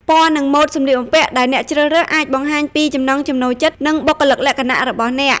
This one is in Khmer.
ពណ៌ និងម៉ូដសម្លៀកបំពាក់ដែលអ្នកជ្រើសរើស អាចបង្ហាញពីចំណង់ចំណូលចិត្ត និងបុគ្គលិកលក្ខណៈរបស់អ្នក។